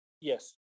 Yes